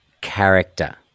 character